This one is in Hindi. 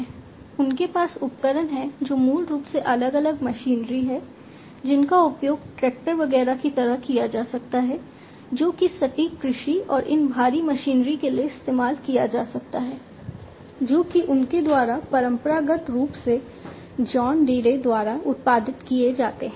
उनके पास उपकरण हैं जो मूल रूप से अलग अलग मशीनरी हैं जिनका उपयोग ट्रैक्टर वगैरह की तरह किया जा सकता है जो कि सटीक कृषि और इन भारी मशीनरी के लिए इस्तेमाल किया जा सकता है जो कि उनके द्वारा परंपरागत रूप से जॉन डीरे द्वारा उत्पादित किए जाते हैं